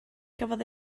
gafodd